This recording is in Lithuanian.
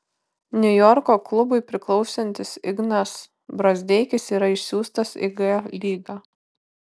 niujorko klubui priklausantis ignas brazdeikis yra išsiųstas į g lygą